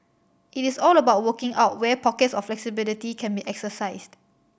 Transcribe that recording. it is all about working out where pockets of flexibility can be exercised